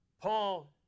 Paul